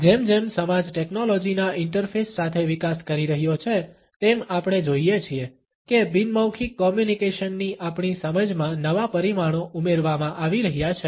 જેમ જેમ સમાજ ટેકનોલોજી ના ઈન્ટરફેસ સાથે વિકાસ કરી રહ્યો છે તેમ આપણે જોઇએ છીએ કે બિન મૌખિક કોમ્યુનિકેશનની આપણી સમજમાં નવા પરિમાણો ઉમેરવામાં આવી રહ્યા છે